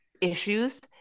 issues